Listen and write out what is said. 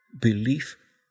belief